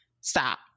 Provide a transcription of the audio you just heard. stop